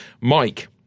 Mike